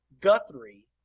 Guthrie